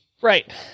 right